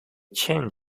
changed